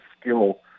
skill